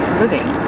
living